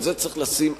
את זה צריך לשים הצדה.